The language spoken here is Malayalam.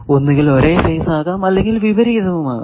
ഒന്നുകിൽ ഒരേ ഫേസ് ആകാം അല്ലെങ്കിൽ വിപരീതവും ആകാം